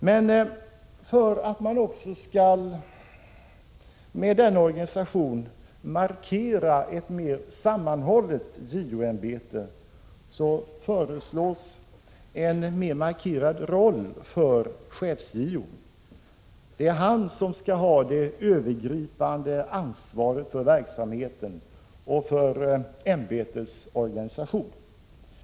Men för att man med denna organisation också skall ytterligare markera ett sammanhållet JO-ämbete, så föreslås en mer markerad roll för chefs-JO. Det är denne som skall ha det övergripande ansvaret för verksamheten och för ämbetets organisation.